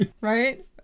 Right